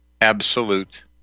Absolute